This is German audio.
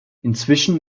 inzwischen